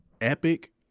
Epic